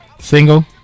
single